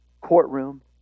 courtroom